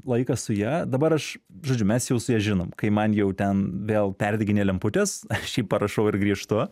laikas su ja dabar aš žodžiu mes jau su ja žinom kai man jau ten vėl perdeginėja lemputės aš jai parašau ir grįžtu